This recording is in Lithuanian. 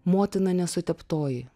motina nesuteptoji